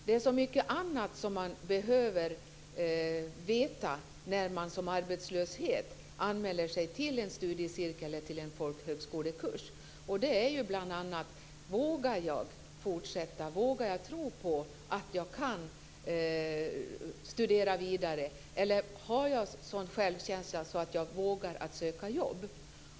Det är så mycket annat som man behöver veta när man som arbetslös anmäler sig till en studiecirkel eller till en folkhögskolekurs. Man vill bl.a. veta om man vågar fortsätta och om man vågar tro på att man kan studera vidare. Man undrar om man har en sådan självkänsla att man vågar söka jobb.